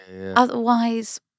Otherwise